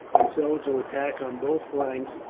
and so to attack on both flanks,